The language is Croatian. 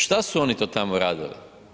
Šta su oni to tamo radili?